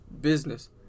business